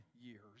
years